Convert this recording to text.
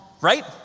right